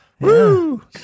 Woo